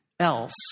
else